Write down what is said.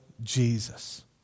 Jesus